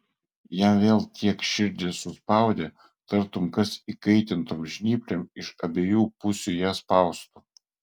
jam vėl tiek širdį suspaudė tarytum kas įkaitintom žnyplėm iš abiejų pusių ją spaustų